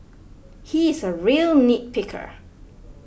he is a real nitpicker